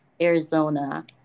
Arizona